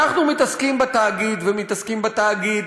אבל קודם, ואנחנו מתעסקים בתאגיד ומתעסקים בתאגיד.